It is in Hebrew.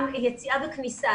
גם יציאה וכניסה,